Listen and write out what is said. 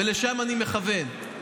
ולשם אני מכוון.